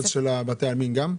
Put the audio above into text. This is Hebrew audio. השיפוץ של בתי העלמין גם?